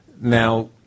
now